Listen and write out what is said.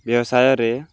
ବ୍ୟବସାୟରେ